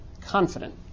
confident